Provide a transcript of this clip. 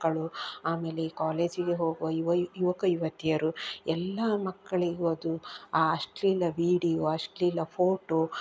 ಆಮೇಲೆ ಕಾಲೇಜಿಗೆ ಹೋಗುವ ಯುವ ಯುವಕ ಯುವತಿಯರು ಎಲ್ಲ ಮಕ್ಕಳಿಗೂ ಅದು ಆ ಅಶ್ಲೀಲ ವಿಡಿಯೋ ಅಶ್ಲೀಲ ಫೋಟೋ